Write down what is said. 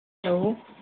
hello